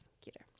cuter